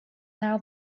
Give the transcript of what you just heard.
now